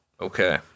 Okay